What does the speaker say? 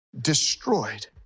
destroyed